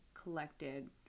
collected